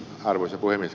herra puhemies